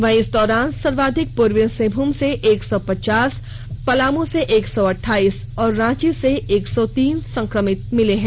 वहीं इस दौरान सर्वाधिक पूर्वी सिंहभूम से एक सौ पचास पलामू से एक सौ अट्टाइस और रांची से एक सौ तीन संक्रमित मिले हैं